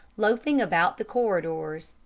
loafing about the corridors,